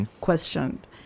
Questioned